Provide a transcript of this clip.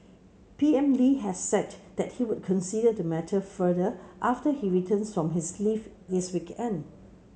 P M Lee has said that he would consider the matter further after he returns from his leave this weekend